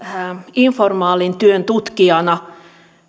informaalin työn tutkijana